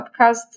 podcast